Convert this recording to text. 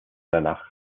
danach